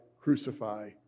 crucify